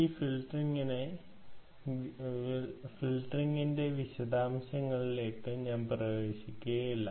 ഈ ഫിൽട്ടറിംഗിന്റെ വിശദാംശങ്ങളിൽ ഞാൻ പ്രവേശിക്കുകയില്ല